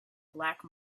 black